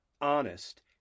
honest